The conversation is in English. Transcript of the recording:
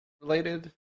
related